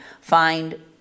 find